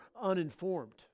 uninformed